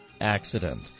accident